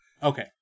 Okay